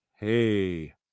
hey